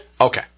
Okay